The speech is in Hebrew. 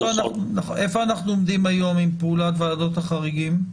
איפה אנחנו עומדים היום עם פעולת ועדות החריגים?